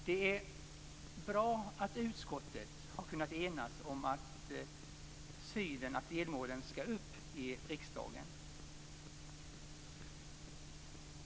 Det är bra att utskottet har kunnat enas om synen att delmålen skall upp i riksdagen.